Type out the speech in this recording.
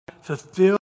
Fulfill